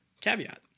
Caveat